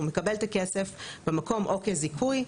הוא מקבל את הכסף במקום או כזיכוי.